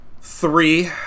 three